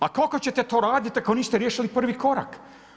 A kako ćete to raditi ako niste riješili prvi korak?